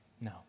No